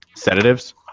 sedatives